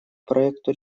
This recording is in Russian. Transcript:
проекту